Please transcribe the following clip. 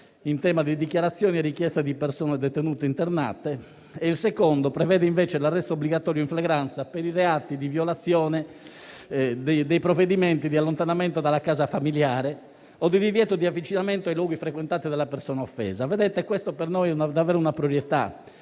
in tema di dichiarazioni e richieste di persone detenute o internate, e il secondo prevede invece l'arresto obbligatorio in flagranza per i reati di violazione dei provvedimenti di allontanamento dalla casa familiare o di divieto di avvicinamento ai luoghi frequentati dalla persona offesa. Colleghi, questa per noi è davvero una priorità,